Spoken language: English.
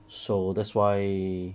so that's why